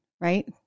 right